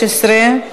התשע"ו 2016,